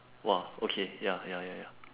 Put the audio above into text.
!wah! okay ya ya ya ya